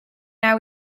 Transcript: now